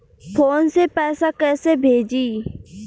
Phone से पैसा कैसे भेजी?